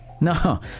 No